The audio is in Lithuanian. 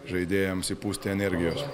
žaidėjams įpūsti energijos